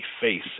face